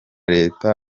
reta